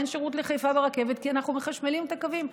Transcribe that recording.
אין שירות לחיפה ברכבת כי אנחנו מחשמלים את הקווים,